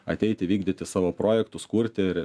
ateiti vykdyti savo projektus kurti ir